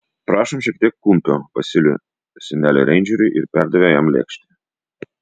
prašom šiek tiek kumpio pasiūlė senelė reindžeriui ir perdavė jam lėkštę